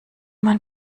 man